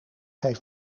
heeft